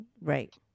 right